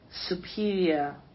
superior